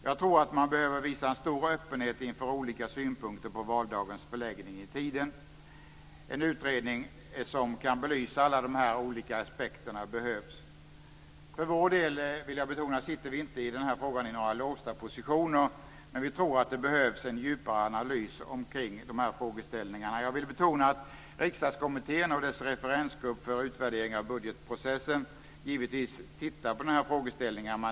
Jag tror att man behöver visa stor öppenhet inför olika synpunkter på valdagens förläggning i tiden. En utredning som kan belysa alla dessa olika aspekter behövs. Jag vill betona att vi för vår del i denna fråga inte har några låsta positioner, men vi tror att det behövs en djupare analys av dessa frågeställningar. Riksdagskommittén och dess referensgrupp för utvärdering av budgetprocessen bör givetvis titta på dessa frågeställningar.